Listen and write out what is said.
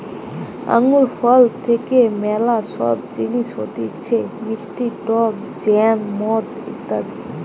আঙ্গুর ফল থেকে ম্যালা সব জিনিস হতিছে মিষ্টি টক জ্যাম, মদ ইত্যাদি